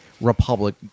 republic